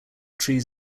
trees